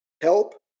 Help